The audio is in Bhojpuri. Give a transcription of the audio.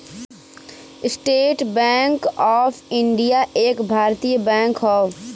स्टेट बैंक ऑफ इण्डिया एक भारतीय बैंक हौ